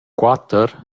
quatter